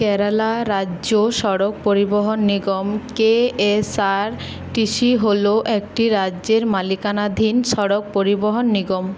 কেরালা রাজ্য সড়ক পরিবহন নিগম কেএসআরটিসি হল একটি রাজ্যের মালিকানাধীন সড়ক পরিবহন নিগম